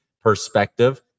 perspective